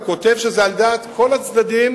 הוא כותב שזה על דעת כל הצדדים,